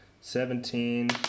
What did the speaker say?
seventeen